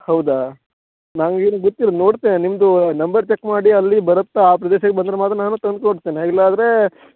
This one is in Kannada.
ಹೌದಾ ನಂಗೆ ಏನೂ ಗೊತ್ತಿಲ್ಲ ನೋಡ್ತೇನೆ ನಿಮ್ಮದು ನಂಬರ್ ಚೆಕ್ ಮಾಡಿ ಅಲ್ಲಿ ಬರುತ್ತಾ ಆ ಪ್ಲೇಸಿಗೆ ಬಂದ್ರೆ ಮಾತ್ರ ನಾನು ತಂದು ತೋರಿಸ್ತೇನೆ ಇಲ್ಲ ಆದರೆ